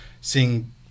seeing